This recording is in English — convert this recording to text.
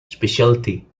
specialty